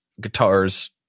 guitars